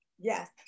Yes